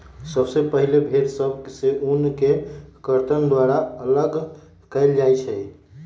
सबसे पहिले भेड़ सभ से ऊन के कर्तन द्वारा अल्लग कएल जाइ छइ